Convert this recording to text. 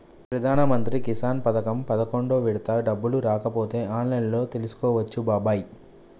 ప్రధానమంత్రి కిసాన్ పథకం పదకొండు విడత డబ్బులు రాకపోతే ఆన్లైన్లో తెలుసుకోవచ్చు బాబాయి